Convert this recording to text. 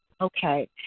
okay